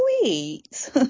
sweet